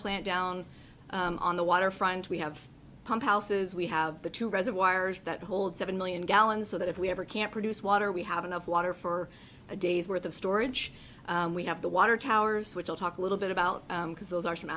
plant down on the waterfront we have pump houses we have the two reservoirs that hold seven million gallons so that if we ever can produce water we have enough water for a day's worth of storage we have the water towers which i'll talk a little bit about because those are some